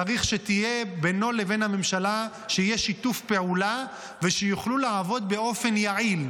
צריך שבינו לבין הממשלה יהיה שיתוף פעולה ושיוכלו לעבוד באופן יעיל.